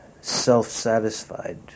self-satisfied